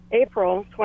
April